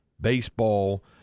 baseball